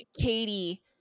Katie